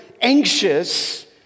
anxious